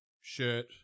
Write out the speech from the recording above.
shirt